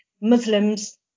Muslims